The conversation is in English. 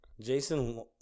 Jason